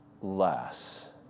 less